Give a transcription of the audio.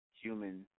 human